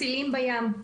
מצילים בים.